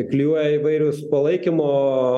klijuoja įvairius palaikymo